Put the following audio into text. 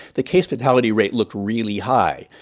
the case-fatality rate looked really high.